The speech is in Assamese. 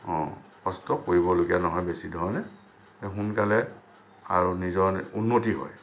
অঁ কষ্ট কৰিব লগীয়া নহয় বেছি ধৰণে সোনকালে আৰু নিজৰ উন্নতি হয়